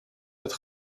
het